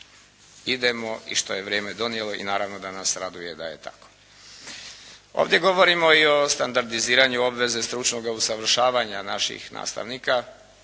idemo i što je vrijeme donijelo i naravno da nas raduje da je tako. Ovdje govorimo i o standardiziranju obveze stručnog usavršavanja naših nastavnika.